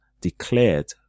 declared